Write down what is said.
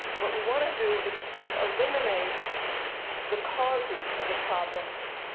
what we want to do is to eliminate the causes of the problems.